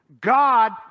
God